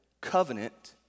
covenant